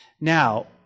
Now